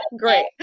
great